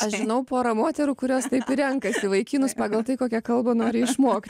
aš žinau pora moterų kurios renkasi vaikinus pagal tai kokią kalbą nori išmokt